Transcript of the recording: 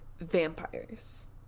Vampires